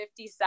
57